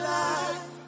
life